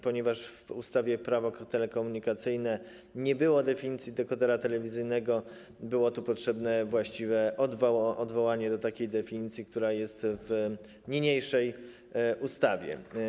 Ponieważ w ustawie - Prawo telekomunikacyjne nie było definicji dekodera telewizyjnego, było potrzebne właściwe odwołanie do takiej definicji, która jest w niniejszej ustawie.